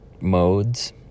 modes